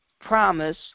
promise